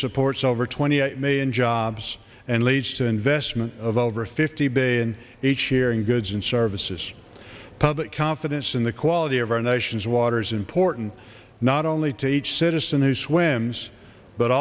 supports over twenty million jobs and leads to investment of over fifty bay and each year in goods and services public confidence in the quality of our nation's water is important not only to each citizen who swims but